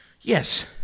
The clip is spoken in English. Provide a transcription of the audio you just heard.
yes